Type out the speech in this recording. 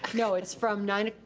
no, it's from nine